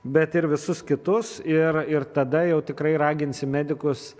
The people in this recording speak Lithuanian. bet ir visus kitus ir ir tada jau tikrai raginsim medikus